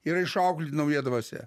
yra išauklėti nauja dvasia